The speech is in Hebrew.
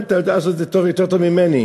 אתה יודע יותר טוב ממני,